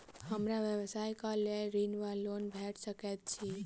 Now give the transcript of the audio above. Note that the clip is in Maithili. हमरा व्यवसाय कऽ लेल ऋण वा लोन भेट सकैत अछि?